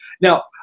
Now